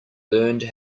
learned